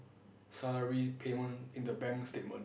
salary payment in the bank statement